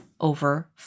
over